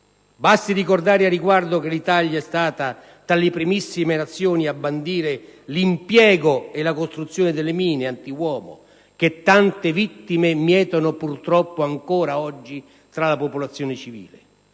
Basti ricordare al riguardo che l'Italia e' stata tra le primissime Nazioni a bandire l'impiego e la costruzione delle mine antiuomo, che tante vittime mietono purtroppo ancora oggi tra la popolazione civile.